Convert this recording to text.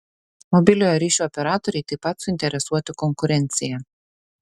mobiliojo ryšio operatoriai taip pat suinteresuoti konkurencija